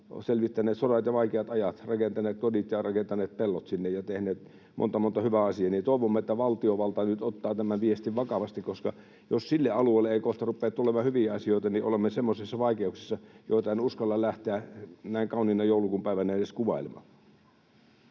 selvittäneet sodat ja vaikeat ajat, rakentaneet kodit ja rakentaneet pellot sinne ja tehneet monta monta hyvää asiaa. Toivomme, että valtiovalta nyt ottaa tämän viestin vakavasti, koska jos sille alueelle ei kohta rupea tulemaan hyviä asioita, niin olemme semmoisissa vaikeuksissa, joita en uskalla lähteä näin kauniina joulukuun päivänä edes kuvailemaan.